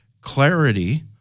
clarity